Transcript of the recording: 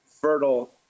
fertile